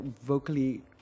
vocally